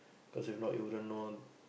cause if not you wouldn't know